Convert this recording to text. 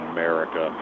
America